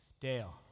Dale